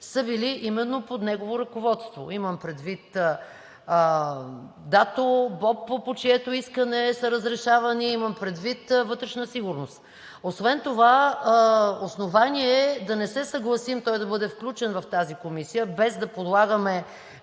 са били именно под негово ръководство – имам предвид ДАТО, БОП, по чието искане са разрешавани, имам предвид „Вътрешна сигурност“. Освен това, основание да не се съгласим той да бъде включен в комисията, без да подлагаме